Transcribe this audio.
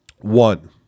One